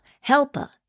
Helper